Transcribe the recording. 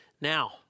Now